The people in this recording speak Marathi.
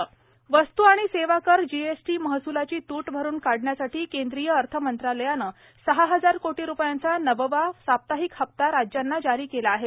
जीएसटी वस्तू आणि सेवा कर जीएसटी महसूलाची तूट भरुन काढण्यासाठी केंद्रीय अर्थ मंत्रालयानं सहा हजार कोटी रुपयांचा नववा साप्ताहिक हप्ता राज्यांना जारी केला आहे